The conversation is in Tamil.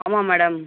ஆமாம் மேடம்